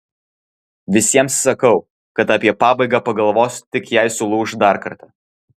visiems sakau kad apie pabaigą pagalvosiu tik jei sulūš dar kartą